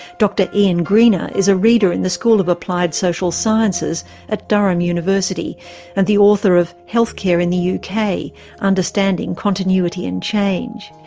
dr ian greener is a reader in the school of applied social sciences at durham university and the author of healthcare in the yeah uk understanding continuity and change.